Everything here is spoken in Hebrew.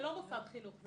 זה לא מוסד חינוך.